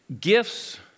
gifts